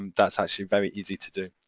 that's actually very easy to do.